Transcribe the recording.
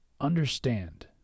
understand